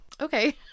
okay